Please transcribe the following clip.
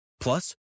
Plus